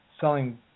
selling